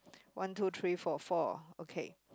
one two three four four okay